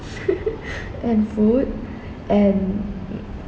and food and